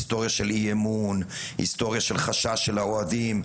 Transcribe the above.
היסטוריה של אי אמון, היסטוריה של חשש של האוהדים.